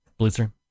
Blitzer